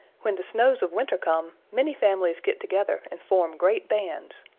when the snows of winter come, many families get together and form great bands.